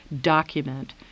document